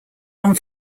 one